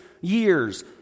years